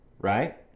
right